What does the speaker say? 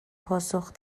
پاسخ